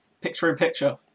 Picture-in-Picture